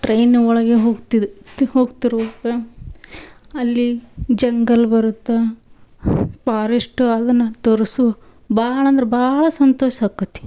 train ಒಳಗೆ ಹೋಗ್ತಿದ್ದೆ ತ್ ಹೋಗ್ತಿರುವಾಗ ಅಲ್ಲಿ ಜಂಗಲ್ ಬರುತ್ತೆ ಪಾರೆಶ್ಟು ಅದನ್ನು ತೋರಿಸು ಭಾಳಂದ್ರೆ ಭಾಳ ಸಂತೋಷ ಆಕ್ಕತಿ